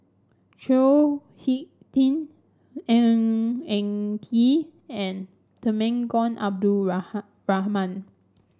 Chao HicK Tin Ng Eng Kee and Temenggong Abdul Rahman